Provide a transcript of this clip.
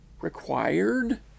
required